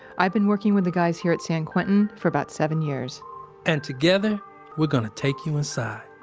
i've been working with the guys here at san quentin for about seven years and together we're going to take you inside.